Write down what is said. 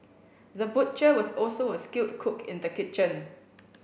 the butcher was also a skilled cook in the kitchen